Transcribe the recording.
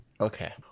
Okay